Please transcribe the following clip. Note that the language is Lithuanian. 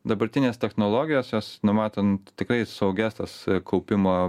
dabartinės technologijos jos numatant tikrai saugės tas kaupimo